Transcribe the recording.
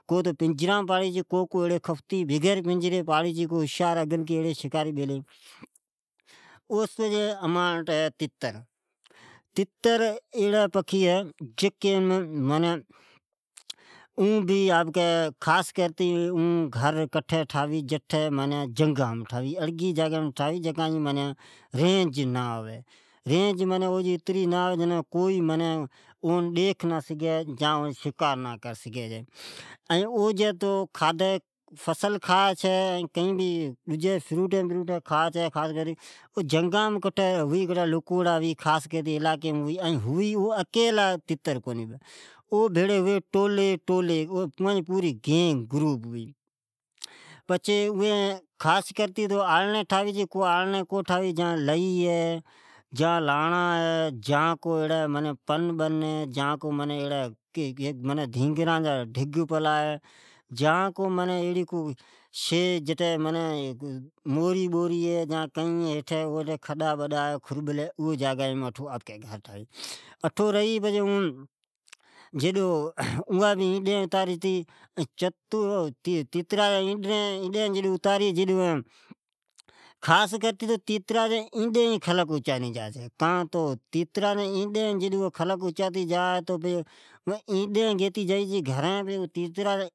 کو تو پنجرامین پاڑی چھے کوتو بغیر پنجران جی پاڑی چھے ۔ اوچھے پچھے ھی تتر کا ھی تو تتر جکو او آپکی آکھری ٹھاوی کٹھے جھنگامین ٹھاوی چھے ،این او فصل ڈجا کھاء چھے این ڈجی فروٹین کھاء چھے ۔ او ھوی اڑگا کایجی رنجیمی کونی آوی ۔او ایکیلا کونی ھوی پر ٹولا جی ٹولے بھیڑی ھوی ۔ اوان جی گینگ گروپ پوری ھوی چھے پچھے اوی کی لیامین یا کی لاڑی مین یا کو ڈینگران جا ڈگ یا موری ڈجی کھڈا بڈا اوم گھر ٹھاوی اٹھو اینڈی اتاری چھے ۔کھلک کا کری تو تیتر کی آینڈی اچانی جائی چھے۔